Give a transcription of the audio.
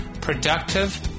Productive